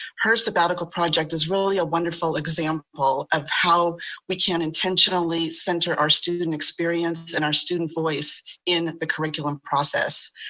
her sabbatical project is really a wonderful example of how we can intentionally center our student experience and our student voice in the curriculum process.